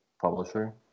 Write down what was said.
publisher